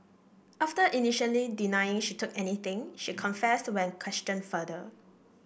after initially denying she took anything she confessed when questioned further